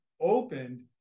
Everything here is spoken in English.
opened